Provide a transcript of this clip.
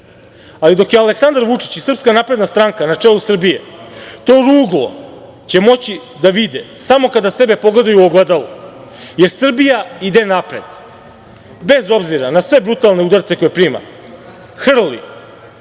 Srbiju. Dok je Aleksandar Vučić i SNS na čelu Srbije, to ruglo će moći da vide samo kada sebe pogledaju u ogledalu, jer Srbija ide napred, bez obzira na sve brutalne udarce koje prima, hrli,